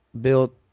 built